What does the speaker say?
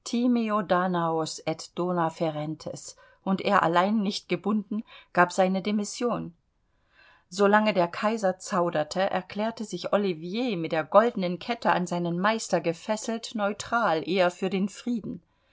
dona ferentes und er allein nicht gebunden gab seine demission so lange der kaiser zauderte erklärte sich ollivier mit der goldenen kette an seinen meister gefesselt neutral eher für den frieden